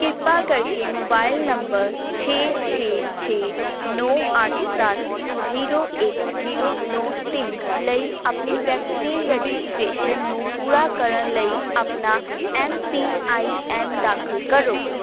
ਕਿਰਪਾ ਕਰਕੇ mobile number ਛੇ ਛੇ ਛੇ ਨੌਂ ਅੱਠ ਸੱਤ ਜ਼ੀਰੋ ਇੱਕ ਜ਼ੀਰੋ ਨੌਂ ਤਿੰਨ ਲਈ ਆਪਣੀ ਵੈਕਸੀਨ ਰਜਿਸਟ੍ਰੇਸ਼ਨ ਨੂੰ ਪੂਰਾ ਕਰਨ ਲਈ ਆਪਣਾ ਐਮ ਪੀ ਆਈ ਐਨ ਦਾਖਲ ਕਰੋ